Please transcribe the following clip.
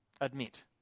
admit